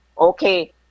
Okay